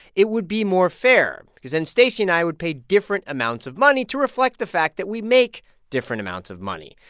it would be more fair because then stacey and i would pay different amounts of money to reflect the fact that we make different amounts of money.